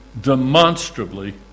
demonstrably